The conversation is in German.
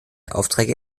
aufträge